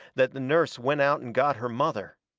that the nurse went out and got her mother.